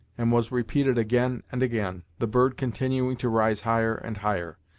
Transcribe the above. and was repeated again and again, the bird continuing to rise higher and higher.